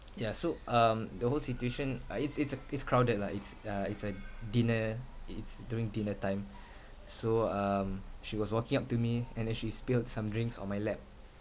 yeah so um the whole situation uh it's it's uh it's crowded lah it's uh it's like dinner it it's during dinner time so um she was walking up to me and then she spilled some drinks on my lap